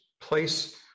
place